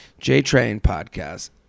Jtrainpodcast